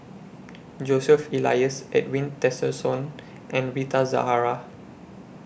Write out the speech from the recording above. Joseph Elias Edwin Tessensohn and Rita Zahara